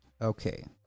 Okay